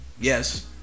Yes